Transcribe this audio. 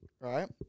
right